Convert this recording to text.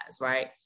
right